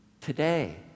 today